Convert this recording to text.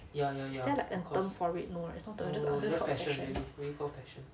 is there like a term for it or is it just called fashion